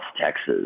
Texas